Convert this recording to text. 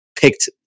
picked